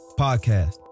Podcast